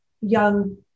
young